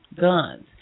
guns